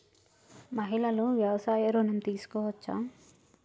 మహిళలు వ్యవసాయ ఋణం తీసుకోవచ్చా?